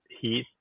heat